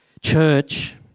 church